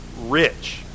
rich